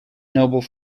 noble